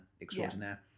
extraordinaire